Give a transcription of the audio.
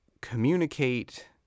communicate